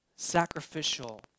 sacrificial